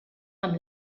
amb